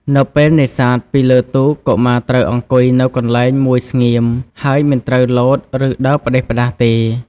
នៅពេលនេសាទពីលើ ទូក កុមារត្រូវអង្គុយនៅកន្លែងមួយស្ងៀម ហើយមិនត្រូវលោត ឬដើរផ្ដេសផ្ដាសទេ។